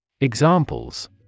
Examples